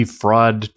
fraud